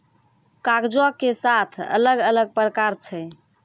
कागजो के सात अलग अलग प्रकार छै